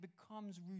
becomes